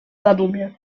zadumie